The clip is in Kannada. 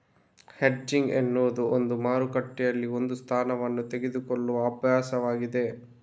ಹೆಡ್ಜಿಂಗ್ ಎನ್ನುವುದು ಒಂದು ಮಾರುಕಟ್ಟೆಯಲ್ಲಿ ಒಂದು ಸ್ಥಾನವನ್ನು ತೆಗೆದುಕೊಳ್ಳುವ ಅಭ್ಯಾಸವಾಗಿದೆ